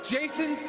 Jason